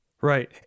Right